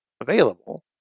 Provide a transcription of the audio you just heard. available